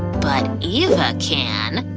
but eva can.